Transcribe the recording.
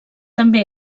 també